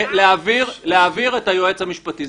להעביר את היועץ המשפטי.